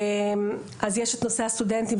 יש את נושא הסטודנטים,